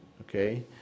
okay